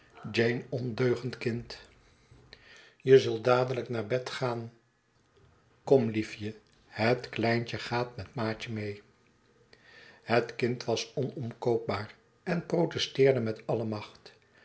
ondeugend kind je zult dadelijk naar bed gaan kom liefje het kleintje gaat met maatje mee het kind was onomkoopbaar en protesteerde met alle macht